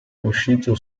uscito